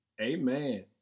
amen